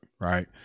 Right